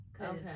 Okay